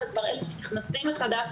וכבר אלה שנכנסים מחדש,